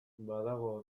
badago